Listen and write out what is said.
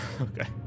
Okay